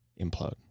implode